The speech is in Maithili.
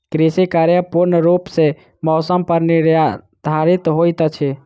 कृषि कार्य पूर्ण रूप सँ मौसम पर निर्धारित होइत अछि